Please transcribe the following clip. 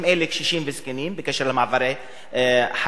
אם אלה קשישים וזקנים בקשר למעברי חצייה,